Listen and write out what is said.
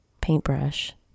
paintbrush